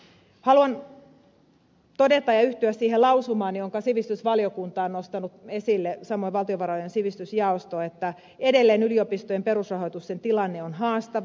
haluan todeta ja yhtyä siihen lausumaan jonka sivistysvaliokunta on nostanut esille samoin valtiovarojen sivistysjaosto että edelleen yliopistojen perusrahoituksen tilanne on haastava